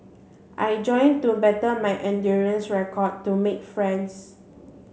I joined to better my endurance record to make friends